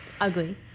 Ugly